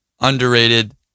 underrated